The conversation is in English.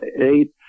eight